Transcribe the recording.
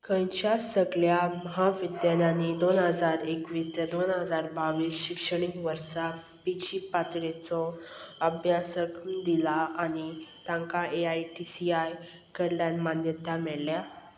खंयच्या सगळ्या म्हाविद्यालयांनी दोन हजार एकवीस ते दोन हजार बावीस शिक्षणीक वर्सा पी जी पातळेचो अभ्यासक्रम दिला आनी तांकां A I T C I कडल्यान मान्यता मेळ्ळ्या